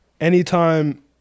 anytime